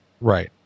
Right